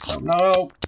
No